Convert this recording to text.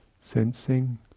sensing